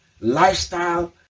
lifestyle